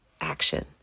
action